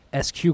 SQ